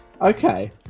Okay